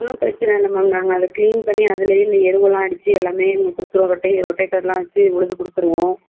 ஒன்றும் பிரச்சன இல்லை மேம் நாங்கள் அதை கிளீன் பண்ணி அதில் இந்த எருவலாம் அடிச்சு அதை எல்லாமே கொடுத்துருவோம் ரொட்டேட் ரொட்டேட்ர்லாம் வச்சு உழுந்து கொடுத்துருவோம்